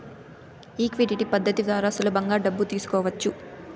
liquidity పద్ధతి ద్వారా సులభంగా డబ్బు తీసుకోవచ్చు